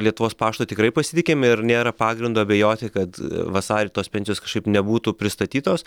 lietuvos paštu tikrai pasitikim ir nėra pagrindo abejoti kad vasarį tos pensijos kažkaip nebūtų pristatytos